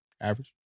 average